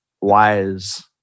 wise